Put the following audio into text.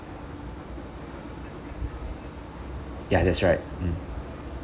ya that's right mm